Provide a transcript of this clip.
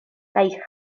kaj